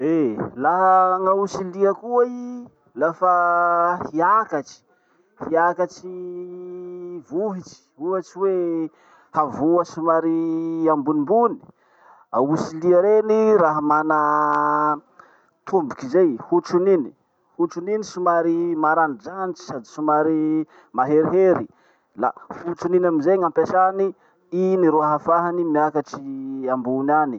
Eh! Laha gn'aosy lia koa i, lafa hiakatry, hiakatry vohitry, ohatsy hoe havoa somary ambonimbony, aosy lia reny raha mana tomboky zay, hotron'iny. Hotron'iny somary maranidranitry sady somary maherihery. La hotrony iny amizay gn'ampesany, iny ro ahafany miakatry ambony any.